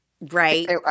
right